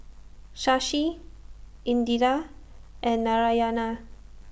Shashi Indira and Narayana